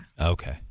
Okay